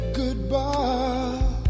goodbye